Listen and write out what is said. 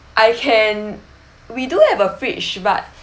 I can we do have a fridge but